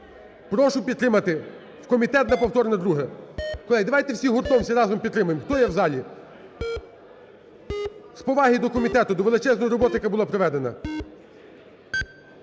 Прошу підтримати у комітет на повторне друге. Колеги, давайте всі гуртом, всі разом підтримаємо, хто є в залі, з поваги до комітету, до величезної роботи, яка була проведена.